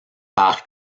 par